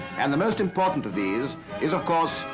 and the most important of these is, of course,